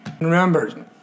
Remember